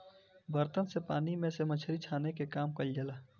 बर्तन से पानी में से मछरी छाने के काम कईल जाला